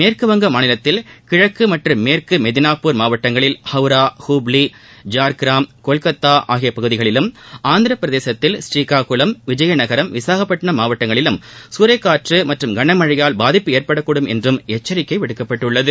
மேற்குவங்க மாநிலத்தில் கிழக்கு மற்றும் மேற்கு மெதினிபூர் மாவட்டங்களில் ஹவுரா ஹூப்ளி ஜார்கிராம் கொல்கத்தா ஆகிய பகுதிகளிலும் ஆந்திரப்பிரதேசத்தில் ஸ்ரீகாகுளம் விஜயநகரம் விசாகப்பட்டிணம் மாவட்டங்களிலும் சூறைக்காற்று மற்றும் கனமழையால் பாதிப்பு ஏற்படக்கூடும் என்றும் எச்சரிக்கை விடுக்கப்பட்டுள்ளது